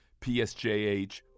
PSJH